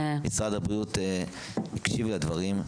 שמשרד הבריאות הקשיב לדברים.